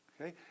Okay